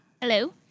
Hello